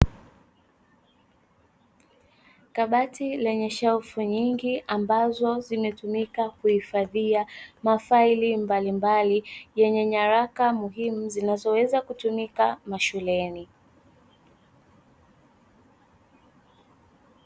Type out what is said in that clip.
Kabati lenye shelfu nyingi, ambazo zimetumika kuhifadhia mafaili mbalimbali yenye nyaraka muhimu zinazoweza kutumika mashuleni.